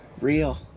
Real